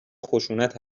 خشونت